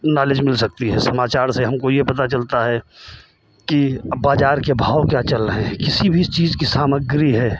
knowledge मिल सकती है समाचार से हमको यह पता चलता है कि बाज़ार के भाव क्या चल रहे हैं किसी भी चीज़ की सामग्री है